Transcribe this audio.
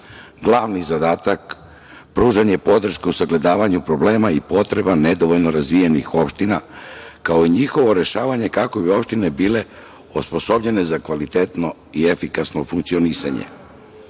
Glavni zadata pružanje podrške u sagledavanju problema i potreba nedovoljno razvijenih opština kao njihovo rešavanje kako bi opštine bile osposobljene za kvalitetno i efikasno funkcionisanje. Različiti